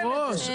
היושב ראש,